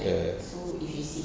err